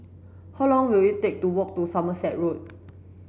how long will it take to walk to Somerset Road